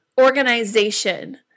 Organization